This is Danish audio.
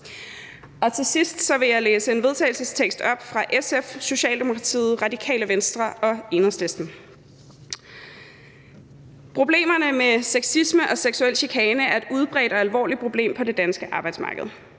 Til sidst vil jeg læse et forslag til vedtagelse fra SF, Socialdemokratiet, Radikale Venstre og Enhedslisten op: Forslag til vedtagelse »Problemerne med sexisme og seksuel chikane er et udbredt og alvorligt problem på det danske arbejdsmarked.